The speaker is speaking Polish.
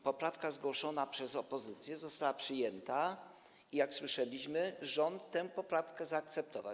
Poprawka zgłoszona przez opozycję została przyjęta i, jak słyszeliśmy, rząd tę poprawkę zaakceptował.